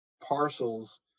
parcels